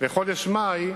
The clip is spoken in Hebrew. בחודש מאי,